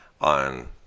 on